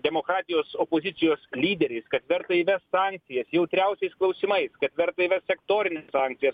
demokratijos opozicijos lyderiais kad verta įvest sankcijas jautriausiais klausimais kad verta įvest sektorines sankcijas